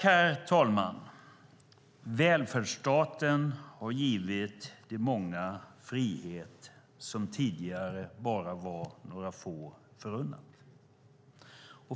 Herr talman! Välfärdsstaten har givit de många en frihet som tidigare bara var några få förunnad.